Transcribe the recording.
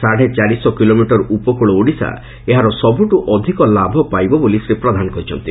ସାଢେ ଚାରି ଶହ କିଲୋମିଟର ଉପକ୍ଳ ଓଡ଼ିଶା ଏହାର ସବୁଠୁ ଅଧିକ ଲାଭ ପାଇବ ବୋଲି ଶ୍ରୀ ପ୍ରଧାନ କହିଛନ୍ତି